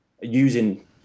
using